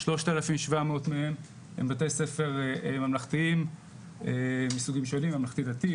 3,700 מהם הם בתי-ספר ממלכתיים מסוגים שונים ממלכתי דתי,